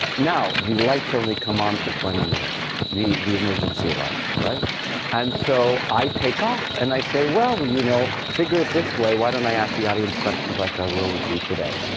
now, the lights only come on for twenty minutes the the emergency lights. and so, i take off. and i say, well, you know figure it this way. why don't i ask the audience questions like i will with you today.